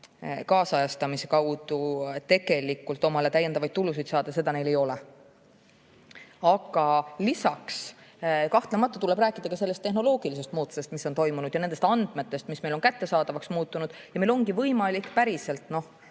kaasajastamise abil tegelikult omale täiendavaid tulusid saada neil ei ole. Lisaks tuleb kahtlemata rääkida ka sellest tehnoloogilisest muutusest, mis on toimunud, ja nendest andmetest, mis meile on kättesaadavaks muutunud. Meil ongi võimalik päriselt